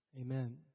Amen